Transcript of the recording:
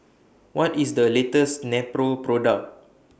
What IS The latest Nepro Product